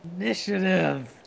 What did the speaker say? Initiative